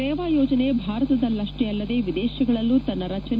ರೇವಾ ಯೋಜನೆ ಬಾರತದಲ್ಲಿಷ್ಲೇ ಅಲ್ಲದೇ ಎದೇಡಗಳಲ್ಲೂ ತನ್ನ ರಚನೆ